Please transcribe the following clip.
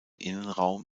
innenraum